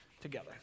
together